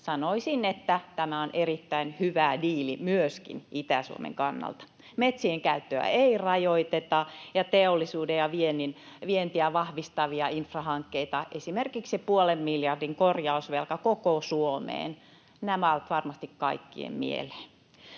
Sanoisin, että tämä on erittäin hyvä diili myöskin Itä-Suomen kannalta. Metsien käyttöä ei rajoiteta, ja on teollisuutta ja vientiä vahvistavia infrahankkeita, esimerkiksi puolen miljardin korjausvelka, koko Suomeen. Nämä ovat varmasti kaikkien mieleen.